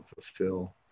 fulfill